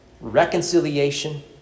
Reconciliation